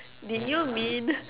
did you mean